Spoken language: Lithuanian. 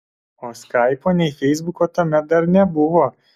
o skaipo nei feisbuko tuomet dar nebuvo